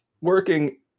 working